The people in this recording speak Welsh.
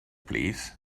plîs